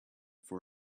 for